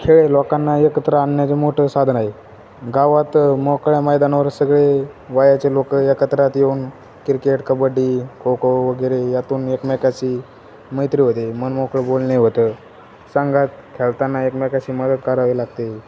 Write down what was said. खेळ लोकांना एकत्र आणण्याचं मोठं साधन आढे गावात मोकळ्या मैदानावर सगळे वयाचे लोकं एकत्रात येऊन क्रिकेट कबड्डी खो खो वगैरे यातून एकमेकाशी मैत्री होते मनमोकळं बोलणे होतं सांगात खेळताना एकमेकाची मदत करावी लागते